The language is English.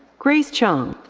grace choung.